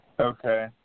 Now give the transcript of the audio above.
Okay